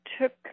took